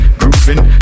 grooving